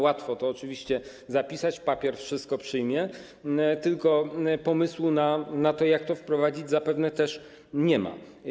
Łatwo to oczywiście zapisać, papier wszystko przyjmie, tylko pomysłu na to, jak to wprowadzić, zapewne też nie ma.